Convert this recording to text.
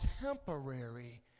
temporary